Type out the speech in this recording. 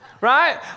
right